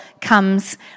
comes